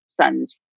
son's